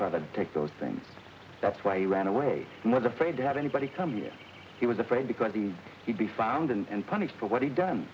father take those things that's why he ran away and was afraid to have anybody come here he was afraid because he could be found and punished for what he done